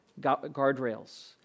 guardrails